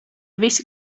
visi